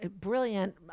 brilliant